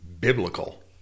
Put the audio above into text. biblical